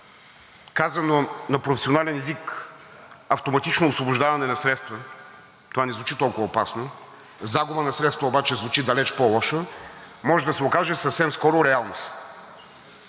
казано на професионален език, автоматично освобождаване на средства – това не звучи толкова опасно, загуба на средства обаче звучи далеч по-лошо, може да се окаже съвсем скоро реалност.